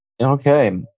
okay